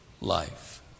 life